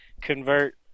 convert